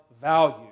value